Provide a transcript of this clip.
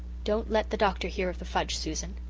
don't let the doctor hear of the fudge, susan,